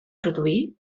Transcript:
produir